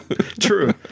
True